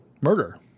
Murder